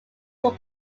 would